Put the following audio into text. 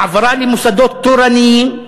העברה למוסדות תורניים,